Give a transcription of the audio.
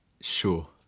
Sure